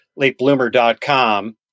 latebloomer.com